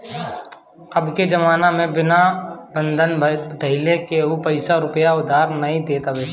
अबके जमाना में बिना बंधक धइले केहू पईसा रूपया उधार नाइ देत हवे